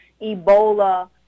Ebola